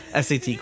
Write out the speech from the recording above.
SAT